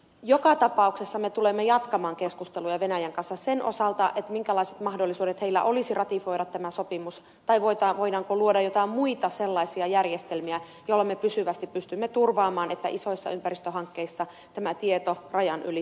joka tapauksessa me tulemme jatkamaan keskusteluja venäjän kanssa sen osalta minkälaiset mahdollisuudet heillä olisi ratifioida tämä sopimus tai voidaanko luoda joitain muita sellaisia järjestelmiä joilla me pysyvästi pystymme turvaamaan että isoissa ympäristöhankkeissa tämä tieto rajan yli aina kulkee